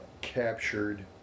captured